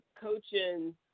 coaching